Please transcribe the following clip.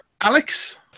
Alex